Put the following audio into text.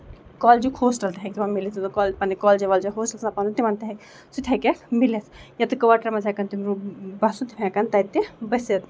کالجُک hostel تہِ ہیٚکہِ یِمن مِلِتھ لُکن پَنٕنہِ کالجہِ وولجہِ ہوسٹل چھُ آسان پَنُن تِمن تہِ سُہ تہِ ہیٚکیکھ مِلِتھ یا تہٕ کُواٹرن منٛز ہیٚکَن تِم ہیٚکن تَتہ تہِ بٔسِتھ